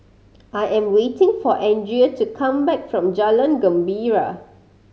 I am waiting for Andrea to come back from Jalan Gembira